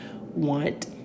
want